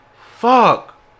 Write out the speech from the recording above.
Fuck